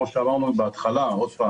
כפי שאמרנו בהתחלה שוב,